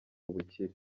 ubukire